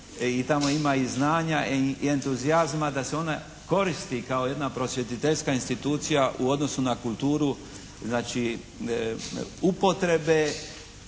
i tamo ima i znanja i entuzijazma da se ona koristi kao jedna prosvjetiteljska institucija u odnosu na kulturu, znači upotrebe,